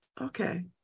okay